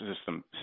system